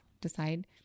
Decide